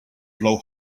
blow